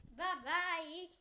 Bye-bye